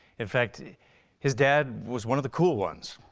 in fact his dad was one of the cool ones.